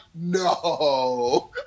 no